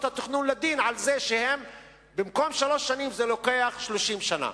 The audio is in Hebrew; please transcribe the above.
התכנון לדין על זה שבמקום שלוש שנים זה לוקח 30 שנה.